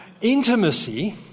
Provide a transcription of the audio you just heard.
Intimacy